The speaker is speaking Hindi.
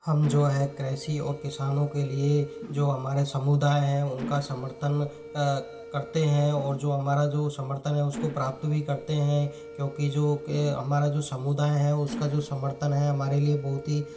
हम जो है कृषि और किसानों के लिए जो हमारे समुदाय हैं उनका समर्थन करते हैं और जो हमारा जो समर्थन है उसको प्राप्त भी करते हैं क्योंकि जो के हमारा जो समुदाय है उसका जो समर्थन है हमारे लिए बहुत ही